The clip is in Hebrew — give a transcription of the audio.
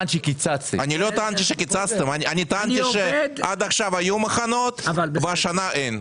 טענתי, שעד עכשיו היו מחנות והשנה אין.